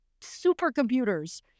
supercomputers